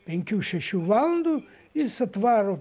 penkių šešių valandų jis atvaro